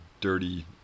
dirty